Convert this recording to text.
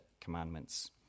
commandments